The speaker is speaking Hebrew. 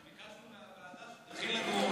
ביקשנו מהוועדה שתכין לנו,